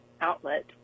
outlet